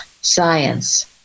science